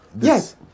Yes